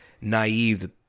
naive